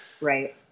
Right